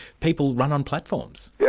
people run on platforms? yeah